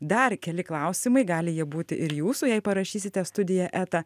dar keli klausimai gali jie būti ir jūsų jei parašysite studija eta